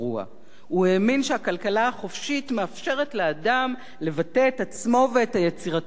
הוא האמין שהכלכלה החופשית מאפשרת לאדם לבטא את עצמו ואת היצירתיות שלו,